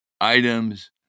items